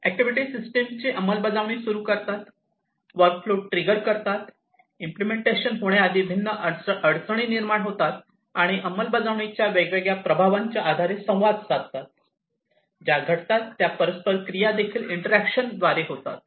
activity सिस्टमची अंमलबजावणी सुरू करतात वर्कफ्लो ट्रिगर करतात इम्पलेमेंटेशन होण्याआधी भिन्न अडचणी निर्माण करतात आणि अंमलबजावणीच्या वेगवेगळ्या प्रभावांच्या आधारे संवाद साधतात ज्या घडतात त्या परस्पर क्रिया देखील इंटरॅक्शन द्वारे होतात